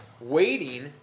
Waiting